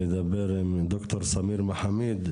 לדבר עם ד"ר סמיר מחמיד,